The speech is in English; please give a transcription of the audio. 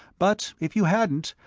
but if you hadn't,